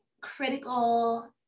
critical